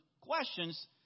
questions